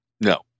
No